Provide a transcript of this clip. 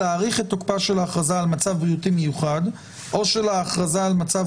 הכרזה על מצב בריאותי מיוחד או על מצב